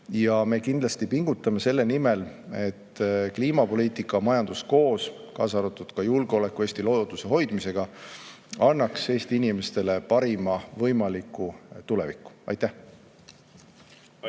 Ja me kindlasti pingutame selle nimel, et kliimapoliitika ja majandus koos, kaasa arvatud julgeolek ja Eesti looduse hoidmine, annaks Eesti inimestele parima võimaliku tuleviku. Aitäh!